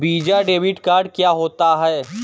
Visa debit card क्या होता है?